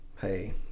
hey